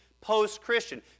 post-Christian